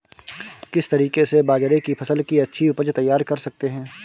किस तरीके से बाजरे की फसल की अच्छी उपज तैयार कर सकते हैं?